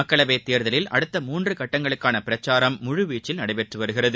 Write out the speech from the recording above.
மக்களவைத் தேர்தலில் அடுத்த மூன்று கட்டங்களுக்கான பிரச்சாரம் முழுவீச்சில் நடைபெற்று வருகிறது